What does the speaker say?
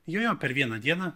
jo jo per vieną dieną